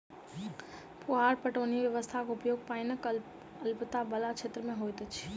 फुहार पटौनी व्यवस्थाक उपयोग पाइनक अल्पता बला क्षेत्र मे होइत अछि